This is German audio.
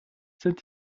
sind